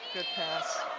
good pass.